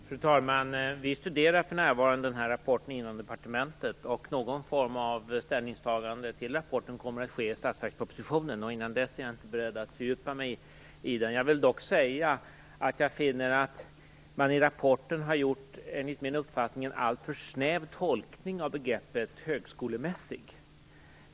Fru talman! Vi studerar för närvarande den här rapporten inom departementet, och någon form av ställningstagande till rapporten kommer att ske i statsverkspropositionen. Innan dess är jag inte beredd att fördjupa mig i den. Jag vill dock säga att jag finner att man i rapporten har gjort en enligt min uppfattning alltför snäv tolkning av begreppet högskolemässig.